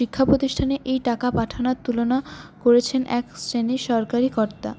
শিক্ষা প্রতিষ্ঠানে এই টাকা পাঠানোর তুলনা করেছেন এক শ্রেণির সরকারি কর্তা